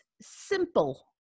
simple